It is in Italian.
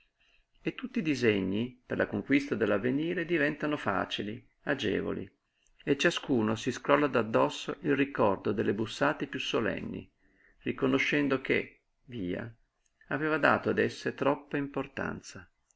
e tutti i disegni per la conquista dell'avvenire diventano facili agevoli e ciascuno si scrolla d'addosso il ricordo delle bussate piú solenni riconoscendo che via aveva dato ad esse troppa importanza